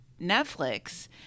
Netflix